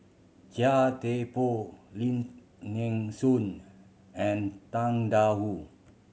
Chia Thye Poh Lim Nee Soon and Tang Da Wu